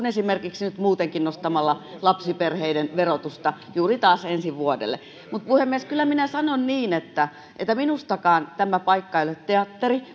esimerkiksi muutenkin nostamalla lapsiperheiden verotusta taas juuri ensi vuodelle puhemies kyllä minä sanon niin että että minustakaan tämä paikka ei ole teatteri